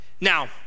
Now